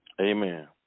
Amen